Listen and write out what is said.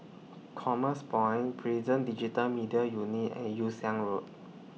Commerce Point Prison Digital Media Unit and Yew Siang Road